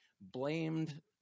blamed